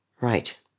Right